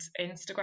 instagram